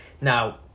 Now